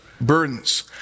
burdens